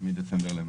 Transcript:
משהו כזה.